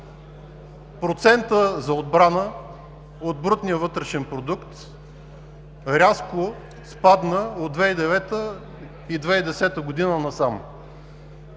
Процентът за отбрана от брутния вътрешен продукт рязко спадна от 2009 – 2010 г. насам.